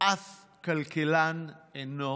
אף כלכלן אינו